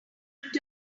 turned